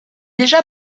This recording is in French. déjà